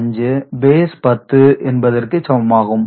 625 base 10 என்பதற்கு சமமாகும்